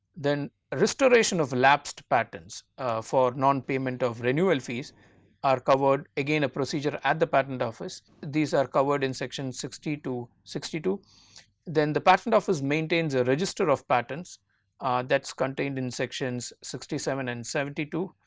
then restoration of lapsed patents for non-payment of renewal fees are covered again a procedure at the patent office these are covered in section sixty to sixty two then the patent office maintains a register of patents that is contained in sections sixty seven and seventy two.